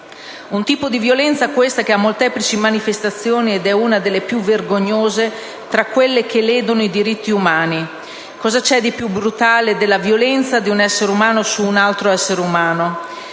tipo di violenza ha molteplici manifestazioni ed è una delle più vergognose tra quelle che ledono i diritti umani: cosa c'è di più brutale della violenza di un essere umano su un altro essere umano?